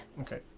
Okay